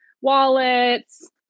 wallets